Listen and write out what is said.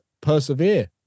persevere